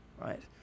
right